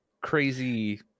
crazy